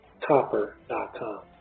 copper.com